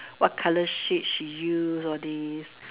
what colour shade she use all these